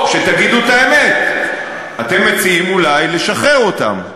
או שתגידו את האמת, אתם מציעים אולי לשחרר אותם.